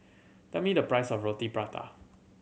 tell me the price of Roti Prata